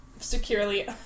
securely